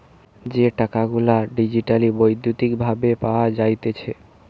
যে টাকা গুলা ডিজিটালি বৈদ্যুতিক ভাবে পাওয়া যাইতেছে